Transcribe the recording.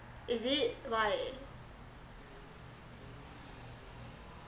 is it like